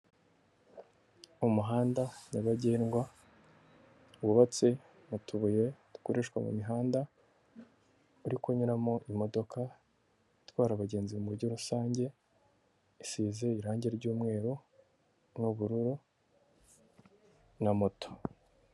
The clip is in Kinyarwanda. Umuhanda nyabagendwa wubatse mu tubuye dukoreshwa mu mihanda, uri kunyuramo imodoka itwara abagenzi mu mujyi rusange, isize irangi ry'umweru n'ubururu na moto.